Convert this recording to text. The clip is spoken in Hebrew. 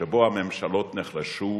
שבו הממשלות נחלשו